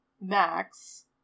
Max